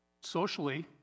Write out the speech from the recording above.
socially